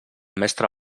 mestre